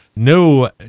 no